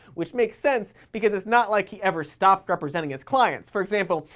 which makes sense because it's not like he ever stopped representing his clients. for example,